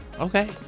Okay